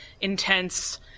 intense